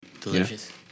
Delicious